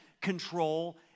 control